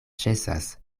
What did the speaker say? ĉesas